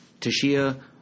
Tashia